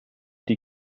die